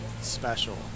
special